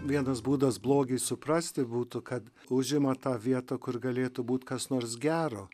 vienas būdas blogiui suprasti būtų kad užima tą vietą kur galėtų būt kas nors gero